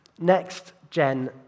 Next-gen